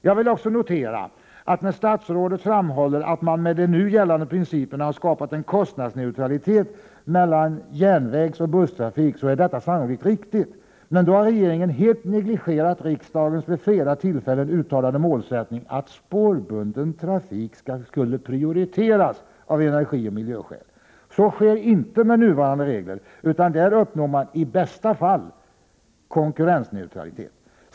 Jag vill också notera, att när statsrådet framhåller att man med de nu gällande principerna har skapat en kostnadsneutralitet mellan järnvägsoch busstrafik, är detta sannolikt riktigt. Men då har regeringen helt negligerat riksdagens vid flera tillfällen uttalade målsättning att spårbunden persontrafik skulle prioriteras av energioch miljöskäl. Så sker inte med nuvarande regler, utan där uppnår man i bästa fall konkurrensneutralitet.